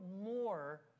more